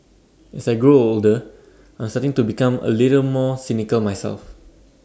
as I grow older I'm starting to become A little bit more cynical myself